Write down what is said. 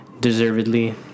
deservedly